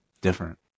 different